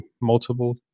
multiple